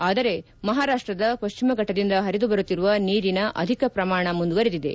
ಆದರೆ ಮಹಾರಾಷ್ಲದ ಪಕ್ಷಿಮ ಫಟ್ಲದಿಂದ ಪರಿದುಬರುತ್ತಿರುವ ನೀರಿನ ಅಧಿಕ ಪ್ರಮಾಣ ಮುಂದುವರೆದಿದೆ